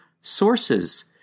sources